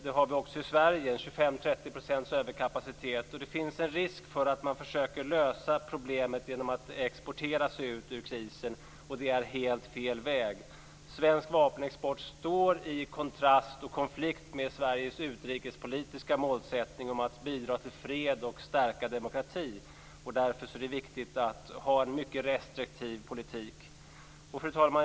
Det har vi också i Sverige, 25-30 % överkapacitet. Det finns en risk för att man försöker lösa problemet genom att exportera sig ut ur krisen. Det är en helt fel väg. Svensk vapenexport står i kontrast och konflikt med Sveriges utrikespolitiska målsättning om att bidra till fred och stärka demokratin. Därför är det viktigt att ha en mycket restriktiv politik. Fru talman!